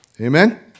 Amen